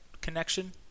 connection